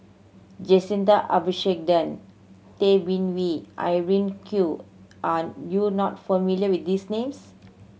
Jacintha Abisheganaden Tay Bin Wee Irene Khong are you not familiar with these names